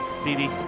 Speedy